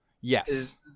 yes